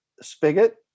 spigot